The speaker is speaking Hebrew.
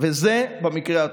וזה במקרה הטוב.